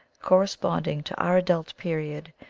corresponding to our adult period,